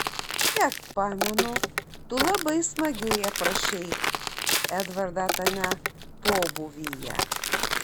kiek pamenu tu labai smagiai aprašei edvardą tame pobūvyje